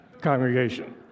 congregation